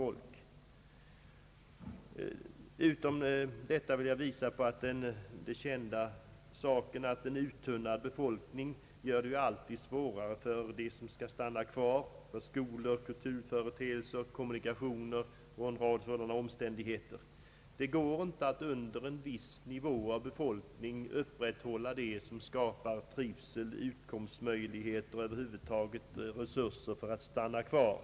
| Förutom detta vill jag visa på det kända faktum att en uttunnad befolkning medför svårigheter för dem som stannar kvar beträffande skolor, kulturföreteelser, kommunikationer och en rad sådana saker. Det går inte att under en viss befolkningsnivå upprätthålla allt det som skapar trivsel, utkomstmöjligheter och över huvud taget resurser så att befolkningen kan stanna kvar.